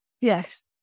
yes